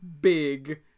big